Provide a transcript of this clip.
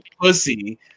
pussy